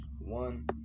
One